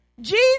Jesus